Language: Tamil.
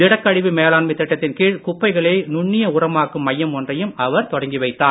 திடக்கழிவு மேலாண்மை திட்டத்தின் கீழ் குப்பைகளை நுண்ணிய உரமாக்கும் மையம் ஒன்றையும் அவர் தொடங்கி வைத்தார்